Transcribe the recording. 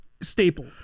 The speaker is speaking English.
staple